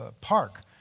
park